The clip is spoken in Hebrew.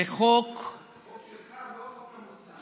זה חוק, החוק שלך, לא החוק המוצע.